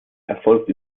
erfolgt